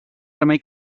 remei